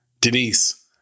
Denise